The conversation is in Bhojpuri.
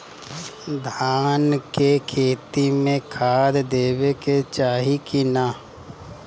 धान के खेती मे खाद देवे के चाही कि ना?